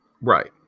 Right